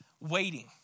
waiting